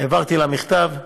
העברתי לה מכתב.